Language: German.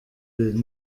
will